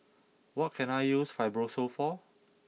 what can I use Fibrosol for